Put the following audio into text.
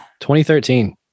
2013